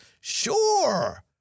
Sure